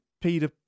Peter